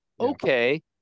okay